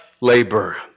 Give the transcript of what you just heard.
labor